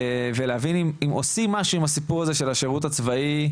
ולהבין אם עושים משהו עם הסיפור הזה של השירות הצבאי,